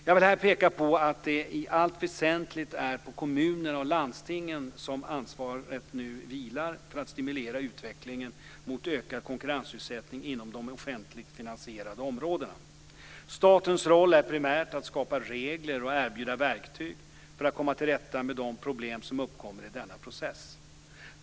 Jag vill här peka på att det i allt väsentligt är på kommunerna och landstingen som ansvaret nu vilar för att stimulera utvecklingen mot ökad konkurrensutsättning inom de offentligt finansierade områdena. Statens roll är primärt att skapa regler som stöder en sådan utveckling och erbjuda verktyg för att komma till rätta med de problem som uppkommer i denna process.